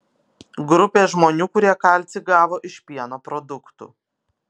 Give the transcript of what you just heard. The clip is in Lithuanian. grupė žmonių kurie kalcį gavo iš pieno produktų